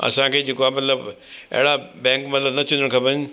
असांखे जेको आहे मतिलबु अहिड़ा बैंक मतिलबु न अचणु खपनि